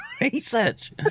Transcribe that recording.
research